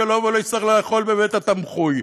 שלא יצטרך לאכול בבית-התמחוי,